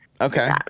Okay